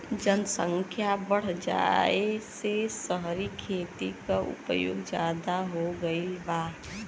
जनसख्या बढ़ जाये से सहरी खेती क उपयोग जादा हो गईल बा